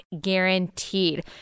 guaranteed